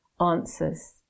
answers